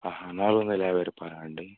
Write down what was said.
ఆహా నాలుగు వందల యాభై రుపాయలు అండి